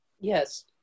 Yes